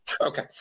Okay